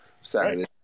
Saturday